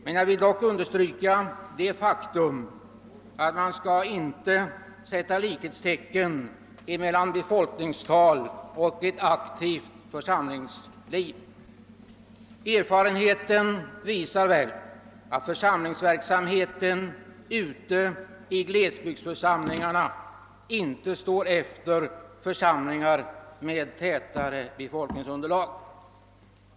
Men jag vill understryka att man inte kan sätta likhetstecken mellan befolkningstalet och ett aktivt församlingsliv. Erfarenheten visar väl att församlingsverksamheten ute i glesbygdsförsamlingarna inte står efter den som förekommer i församlingar med ett tätare befolkningsunderlag.